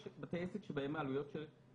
יש בתי עסק שבהם העלויות גבוהות.